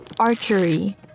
archery